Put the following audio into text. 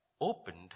opened